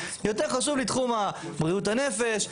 יותר חשוב לי תחום בריאות הנפש,